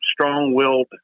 strong-willed